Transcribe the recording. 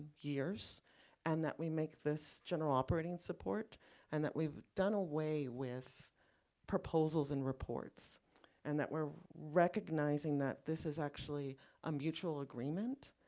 years and that we make this general operating support and that we've done away with proposals and reports and that we're recognizing that this is actually a mutual agreement.